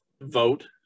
vote